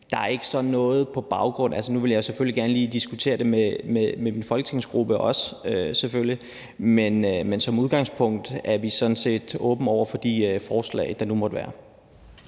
der er ikke sådan noget i vejen på baggrund af det. Altså, nu vil jeg selvfølgelig gerne også lige diskutere det med min folketingsgruppe, men som udgangspunkt er vi sådan set åbne over for de forslag, der nu måtte være.